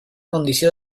condició